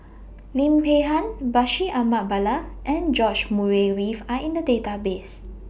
Lim Peng Han Bashir Ahmad Mallal and George Murray Reith Are in The Database